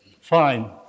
fine